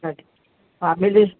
अच्छा हा मिली